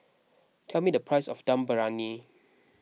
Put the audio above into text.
tell me the price of Dum Briyani